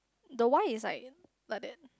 the wine is like like that